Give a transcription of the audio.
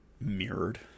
mirrored